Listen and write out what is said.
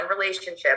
relationship